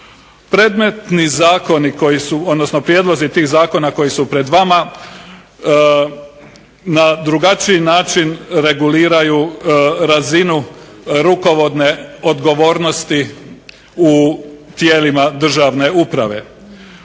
Predmetni prijedlozi tih zakona koji su pred vama na drugačiji način reguliraju razinu rukovodne odgovornosti u tijelima državne uprave.